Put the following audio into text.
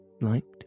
liked